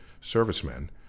servicemen